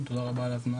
תודה רבה על הזמן,